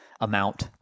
amount